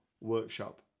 workshop